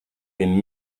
been